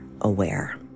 aware